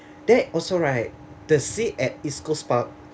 then also right the sea at east coast park